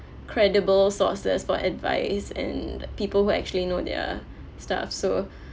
credible sources for advice and people who actually know their stuff so